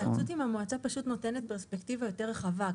ההתייעצות עם המועצה פשוט נותנת פרספקטיבה יותר רחבה.